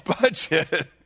budget